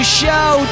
show